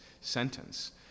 sentence